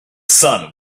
sun